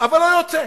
אבל לא יוצא.